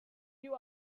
you